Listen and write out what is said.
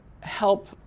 help